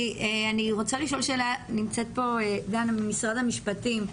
אני רוצה לשאול שאלה: נמצאת פה עו"ד דפנה גוטליב ממשרד המשפטים.